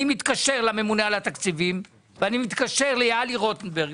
אני מתקשר לממונה על התקציבים ואני מתקשר ליהלי רוטנברג,